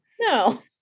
no